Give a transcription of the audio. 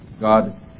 God